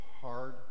hard